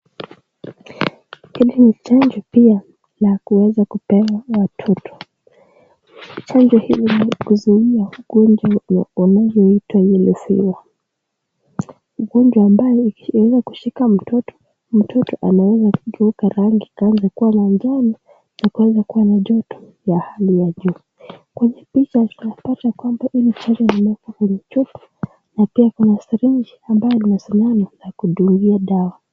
Hili ni chanjo pia la kuweza kupewa watoto. Chanjo hili ni kuzuia ugonjwa unaoitwa yellow fever . Ugonjwa ambayo ikiweza kushika mtoto, mtoto anaweza kugeuka rangi akaanza kuwa manjano na akaanza kuwa na joto ya hali ya juu. Kwenye picha tunapata kwamba hili chanjo imewekwa kwenye chupa na pia kuna syringe ambayo ni sindano za kudungia dawa.